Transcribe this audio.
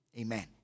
Amen